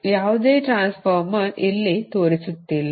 ಯಾವುದೇ ಟ್ರಾನ್ಸ್ಫಾರ್ಮರ್ ಇಲ್ಲಿ ತೋರಿಸುತ್ತಿಲ್ಲ